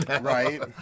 Right